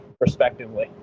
respectively